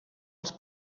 els